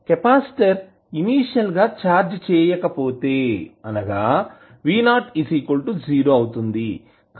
capacitor initial గా charge చేయకపోతే అనగా V 0 0 అవుతుంది